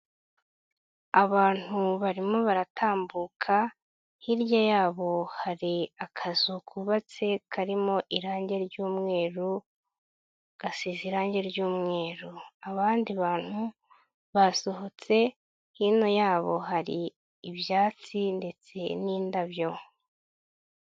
Abantu barimo baratambuka, hirya yabo hari akazu kubatse karimo irange ry'umweru gasize irange ry'umweru, abandi bantu basohotse hino yabo hari ibyatsi ndetse n'indabyo